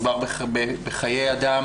מדובר בחיי אדם,